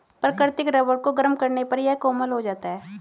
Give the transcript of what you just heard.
प्राकृतिक रबर को गरम करने पर यह कोमल हो जाता है